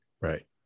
Right